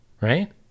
right